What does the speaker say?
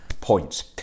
points